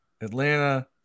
Atlanta